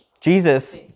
Jesus